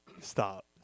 Stop